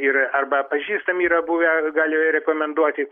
ir arba pažįstami yra buvę gali rekomenduoti